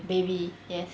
baby yes